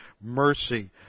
mercy